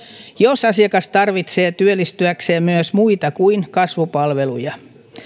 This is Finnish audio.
jos asiakas tarvitsee työllistyäkseen myös muita kuin kasvupalveluja